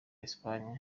espagne